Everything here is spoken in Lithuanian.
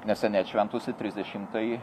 neseniai atšventusi trisdešimtąjį